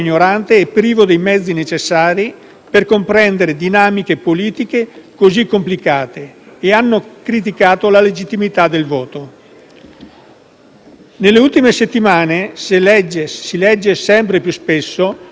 per comprendere dinamiche politiche così complicate, e hanno criticato la legittimità del voto. Nelle ultime settimane, si legge sempre più spesso, che queste future elezioni europee,